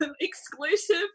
Exclusive